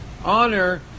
Honor